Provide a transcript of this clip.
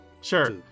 Sure